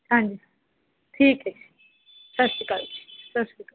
ਹਾਂਜੀ ਠੀਕ ਹੈ ਜੀ ਸਤਿ ਸ਼੍ਰੀ ਅਕਾਲ ਜੀ ਸਤਿ ਸ਼੍ਰੀ ਅਕਾਲ